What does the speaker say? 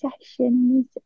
sessions